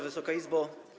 Wysoka Izbo!